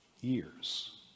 years